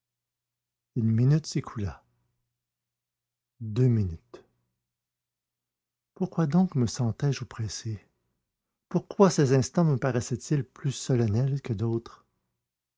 une minute s'écoula deux minutes pourquoi donc me sentais-je oppressé pourquoi ces instants me paraissaient ils plus solennels que d'autres